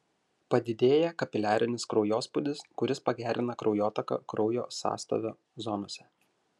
padidėja kapiliarinis kraujospūdis kuris pagerina kraujotaką kraujo sąstovio zonose